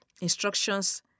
instructions